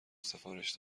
سفارش